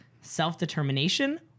self-determination